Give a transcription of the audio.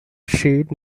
sheet